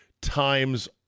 times